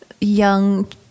young